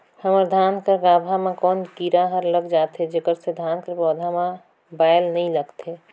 हमर धान कर गाभा म कौन कीरा हर लग जाथे जेकर से धान कर पौधा म बाएल नइ निकलथे?